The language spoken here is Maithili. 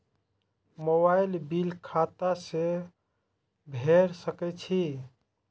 मोबाईल बील खाता से भेड़ सके छि?